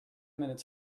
minutes